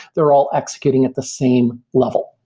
they're all executing at the same level.